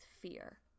fear